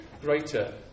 greater